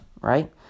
right